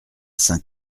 saint